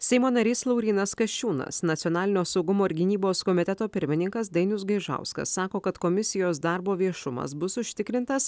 seimo narys laurynas kasčiūnas nacionalinio saugumo ir gynybos komiteto pirmininkas dainius gaižauskas sako kad komisijos darbo viešumas bus užtikrintas